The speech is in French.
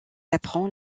apprend